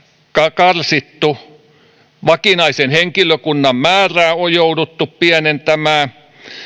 karsittu vakinaisen henkilökunnan määrää on jouduttu pienentämään